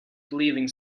believing